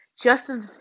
Justin